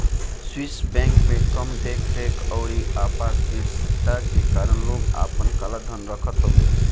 Swiss bank में कम देख रेख अउरी अपारदर्शिता के कारण लोग आपन काला धन रखत हवे